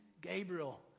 Gabriel